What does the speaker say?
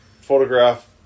photograph